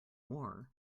war